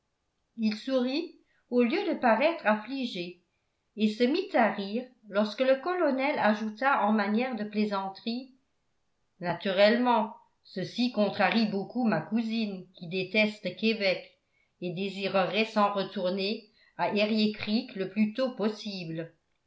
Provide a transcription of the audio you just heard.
il sourit au lieu de paraître affligé et se mit à rire lorsque le colonel ajouta en manière de plaisanterie naturellement ceci contrarie beaucoup ma cousine qui déteste québec et désirerait s'en retourner à eriécreek le plus tôt possible